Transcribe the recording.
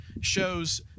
shows